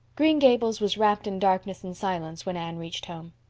green gables was wrapped in darkness and silence when anne reached home.